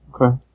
Okay